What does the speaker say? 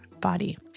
body